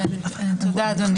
העבירה הייתה קיימת,